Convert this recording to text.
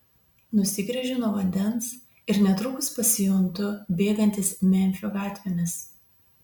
nusigręžiu nuo vandens ir netrukus pasijuntu bėgantis memfio gatvėmis